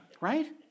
Right